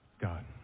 God